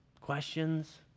Questions